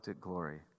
glory